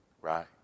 right